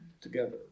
together